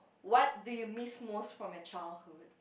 what do you miss most from your childhood